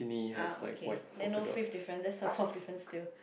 ah okay then no fifth difference that's the fourth difference still